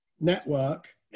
Network